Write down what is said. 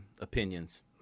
opinions